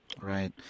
Right